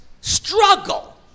struggle